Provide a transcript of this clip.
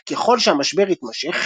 אך ככל שהמשבר התמשך